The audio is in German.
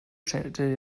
stellte